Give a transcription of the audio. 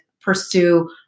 pursue